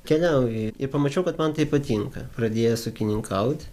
keliauju ir pamačiau kad man tai patinka pradėjęs ūkininkaut